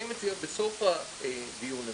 אני מציע שבסוף הדיון הזה,